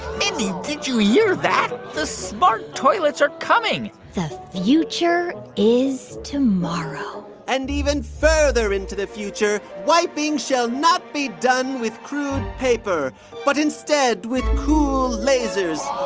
mindy, did you hear that? the smart toilets are coming the future is tomorrow and even further into the future, wiping shall not be done with crude paper but instead with cool lasers